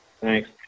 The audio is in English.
Thanks